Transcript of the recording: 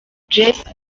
jeff